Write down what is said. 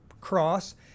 cross